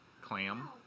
Clam